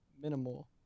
Minimal